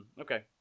okay